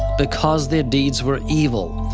because their deeds were evil.